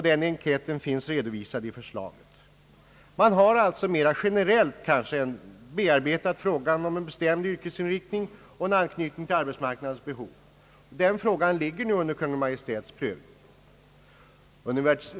Denna enkät finns redovisad i förslaget. Man har alltså mera generellt bearbetat frågan om en bestämd yrkesinriktning och en anknytning till arbetsmarknadens behov. Den frågan är nu föremål för Kungl. Maj:ts prövning.